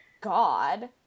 God